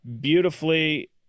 beautifully